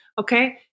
Okay